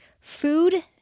Food